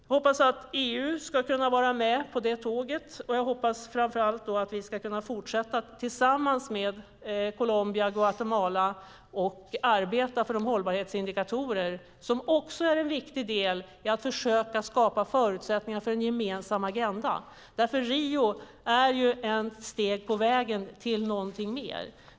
Jag hoppas att EU ska kunna vara med på detta tåg, och jag hoppas framför allt att vi ska kunna fortsätta tillsammans med Colombia och Guatemala och arbeta för de hållbarhetsindikatorer som också är en viktig del i att försöka skapa förutsättningar för en gemensam agenda. Rio är ett steg på vägen till någonting mer.